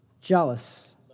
Jealous